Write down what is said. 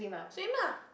same lah